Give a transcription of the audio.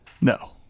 No